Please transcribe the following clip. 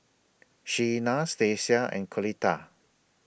Shenna Stacia and Coletta